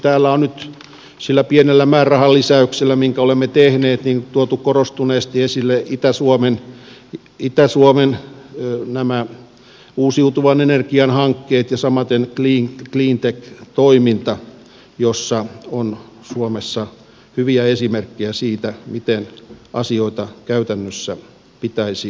täällä on nyt sillä pienellä määrärahalisäyksellä minkä olemme tehneet tuotu korostuneesti esille itä suomen uusiutuvan energian hankkeet ja samaten cleantech toiminta jossa on suomessa hyviä esimerkkejä siitä miten asioita käytännössä pitäisi hoitaa